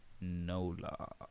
NOLA